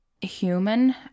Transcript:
human